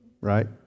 right